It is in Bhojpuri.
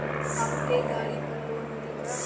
हमके गाड़ी पर लोन मिली का?